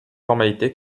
formalité